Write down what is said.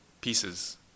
pieces